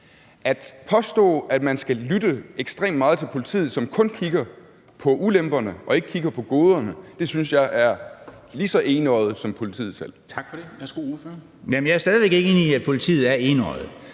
At påstå, at man skal lytte ekstremt meget til politiet, som kun kigger på ulemperne og ikke kigger på goderne, synes jeg er lige så enøjet som politiet selv. Kl. 10:19 Formanden (Henrik Dam Kristensen): Tak for det.